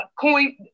coin